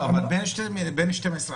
אבל בין 12 ל-16.